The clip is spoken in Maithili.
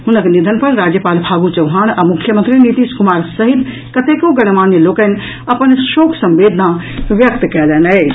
हुनक निधन पर राज्यपाल फागू चौहान आ मुख्यमंत्री नीतीश कुमार सहित कतेको गणमान्य लोकनि अपन शोक संवेदना व्यक्त कयलनि अछि